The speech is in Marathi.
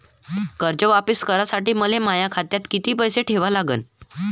कर्ज वापिस करासाठी मले माया खात्यात कितीक पैसे ठेवा लागन?